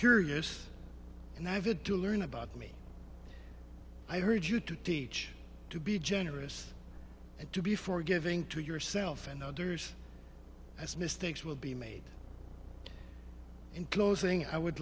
curious and i've had to learn about me i urge you to teach to be generous and to be forgiving to yourself and others as mistakes will be made in closing i would